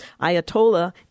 Ayatollah